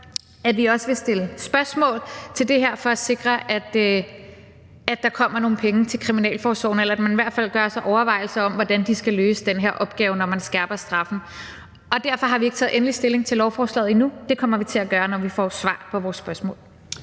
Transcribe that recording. at vi også vil stille spørgsmål til det her for at sikre, at der kommer nogle penge til kriminalforsorgen, eller at man i hvert fald gør sig overvejelser om, hvordan de skal løse den her opgave, når man skærper straffen, og derfor har vi ikke taget endelig stilling til lovforslaget endnu. Det kommer vi til at gøre, når vi får svar på vores spørgsmål.